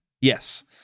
Yes